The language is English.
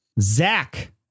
Zach